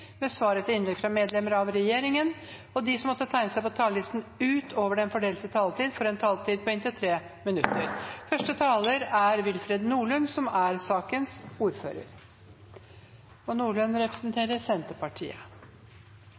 med svar etter innlegg fra medlemmer av regjeringen, og de som måtte tegne seg på talerlisten utover den fordelte taletid, får en taletid på inntil 3 minutter. Dette er en sak som omhandler en offentlig beklagelse og